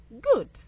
Good